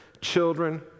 children